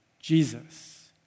Jesus